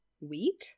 Wheat